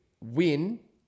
win